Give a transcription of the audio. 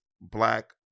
black